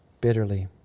bitterly